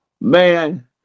Man